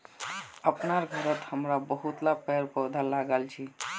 अपनार घरत हमरा बहुतला पेड़ पौधा लगाल छि